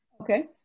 Okay